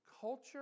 culture